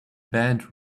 band